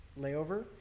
layover